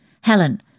Helen